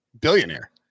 billionaire